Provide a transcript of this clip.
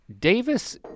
Davis